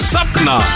Sapna